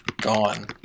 gone